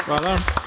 Hvala.